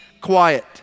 quiet